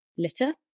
litter